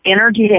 energy